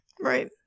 Right